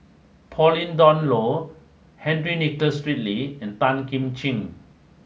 Pauline Dawn Loh Henry Nicholas Ridley and Tan Kim Ching